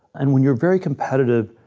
and when you're very competitive,